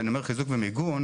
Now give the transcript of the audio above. שאני אומר חיזוק ומיגון,